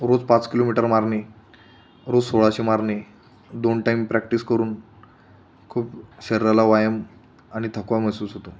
रोज पाच किलोमीटर मारणे रोज सोळाशे मारणे दोन टाईम प्रॅक्टिस करून खूप शरीराला व्यायाम आणि थकवा महसूस होतो